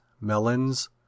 melons